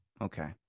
Okay